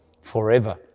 forever